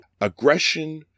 aggression